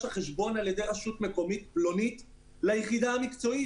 החשבון על ידי רשות מקומית פלונית ליחידה המקצועית.